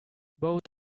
both